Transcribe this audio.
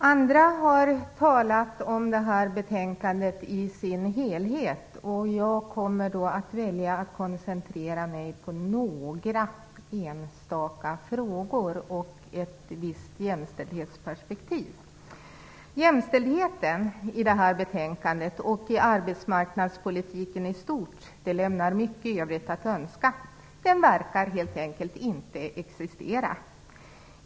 Herr talman! Andra har talat om det här betänkandet i sin helhet. Jag väljer att koncentrera mig på några enstaka frågor och ett visst jämställdhetsperspektiv. Jämställdheten i det här betänkandet och i arbetsmarknadspolitiken i stort lämnar mycket övrigt att önska. Den verkar helt enkelt inte existera.